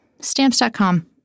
Stamps.com